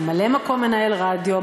ממלא-מקום מנהל רדיו,